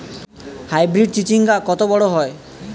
Hybrid চিচিংঙ্গা কত বড় হয়?